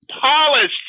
polished